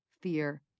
fear